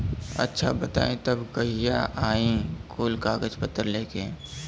अच्छा बताई तब कहिया आई कुल कागज पतर लेके?